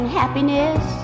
happiness